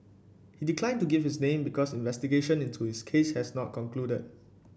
he declined to give his name because investigation into his case has not concluded